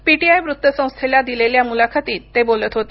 PTI वृत्तसंस्थेला दिलेल्या मुलाखतीत ते बोलत होते